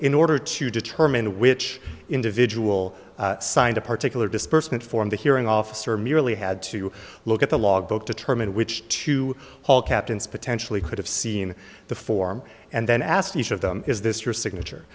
in order to determine which individual signed a particular disbursement form the hearing officer merely had to look at the log book determine which to haul captains potentially could have seen the form and then asked each of them is this your signature